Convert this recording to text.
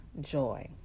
Joy